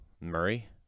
Murray